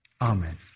Amen